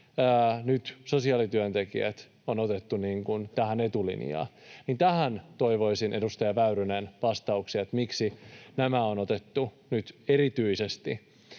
nyt sosiaalityöntekijät on otettu tähän etulinjaan? Tähän toivoisin, edustaja Väyrynen, vastauksia, miksi nämä on otettu nyt erityisesti.